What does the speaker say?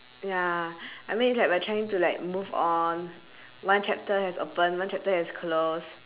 ya I mean it's like we are trying to like move on one chapter has open one chapter has close